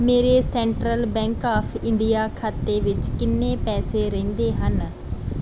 ਮੇਰੇ central bank of India ਖਾਤੇ ਵਿੱਚ ਕਿੰਨੇ ਪੈਸੇ ਰਹਿੰਦੇ ਹਨ